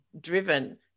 driven